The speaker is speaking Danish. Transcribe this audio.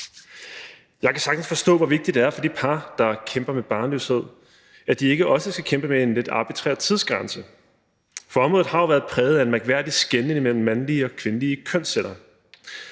Jeg kan sagtens forstå, hvor vigtigt det er for de par, der kæmper med barnløshed, at de også skal kæmpe med en lidt arbitrær tidsgrænse, for området har jo været præget af en mærkværdig skelnen mellem mandlige og kvindelige kønsceller.